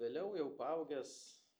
vėliau jau paaugęs